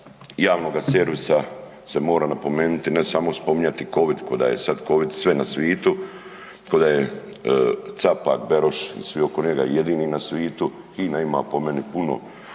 javnoga servisa se mora napomenuti, a ne samo spominjati covid, ko da je sada covid sve na svitu, ko da je Capak, Beroš i svi oko njega jedini na svitu. HINA ima po meni puno